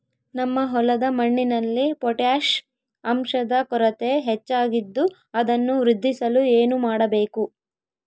ನಮ್ಮ ಹೊಲದ ಮಣ್ಣಿನಲ್ಲಿ ಪೊಟ್ಯಾಷ್ ಅಂಶದ ಕೊರತೆ ಹೆಚ್ಚಾಗಿದ್ದು ಅದನ್ನು ವೃದ್ಧಿಸಲು ಏನು ಮಾಡಬೇಕು?